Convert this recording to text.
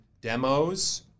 demos